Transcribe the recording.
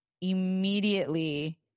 immediately